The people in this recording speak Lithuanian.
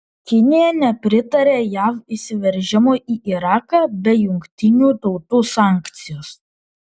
kinija nepritarė jav įsiveržimui į iraką be jungtinių tautų sankcijos